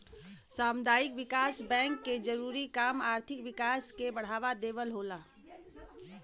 सामुदायिक विकास बैंक के जरूरी काम आर्थिक विकास के बढ़ावा देवल होला